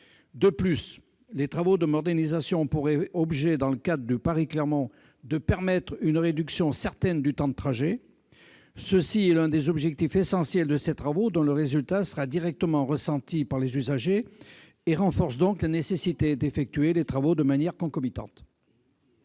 De plus, les travaux de modernisation ont pour objet, dans le cadre du Paris-Clermont-Ferrand, de permettre une réduction notable du temps de trajet. C'est l'un des objectifs essentiels de ces travaux, dont le résultat sera directement ressenti par les usagers. Il n'en est que plus nécessaire d'effectuer les travaux de manière concomitante.